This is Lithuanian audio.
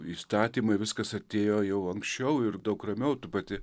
įstatymai viskas atėjo jau anksčiau ir daug ramiau ta pati